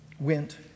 went